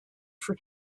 for